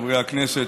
חברי הכנסת,